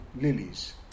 lilies